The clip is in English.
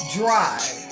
drive